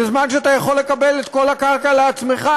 בזמן שאתה יכול לקבל את כל הקרקע לעצמך,